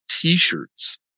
t-shirts